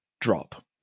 drop